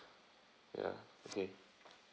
ya okay